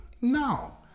No